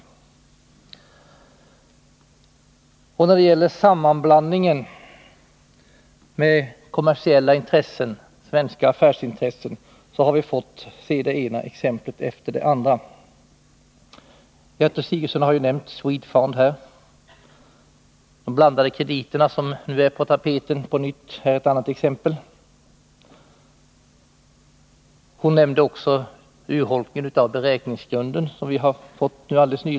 Vi har fått se det ena exemplet efter det andra på sammanblandning med kommersiella intressen, svenska affärsintressen. Gertrud Sigurdsen nämnde Swedfund. De blandade krediterna som nu på nytt är aktuella är ett annat exempel. Gertrud Sigurdsen nämnde också urholkningen av beräkningsgrunden för biståndet.